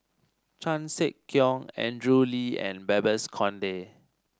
Chan Sek Keong Andrew Lee and Babes Conde